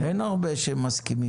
אין הרבה שמסכימים.